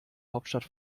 hauptstadt